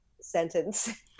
sentence